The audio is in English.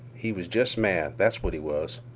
he was jest mad, that's what he was.